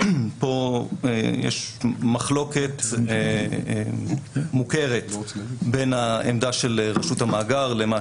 פה יש מחלוקת מוכרת בין העמדה של רשות המאגר למה